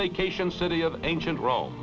vacation city of ancient rome